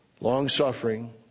long-suffering